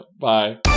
Bye